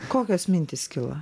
kokios mintys kilo